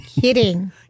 kidding